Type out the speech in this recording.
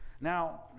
Now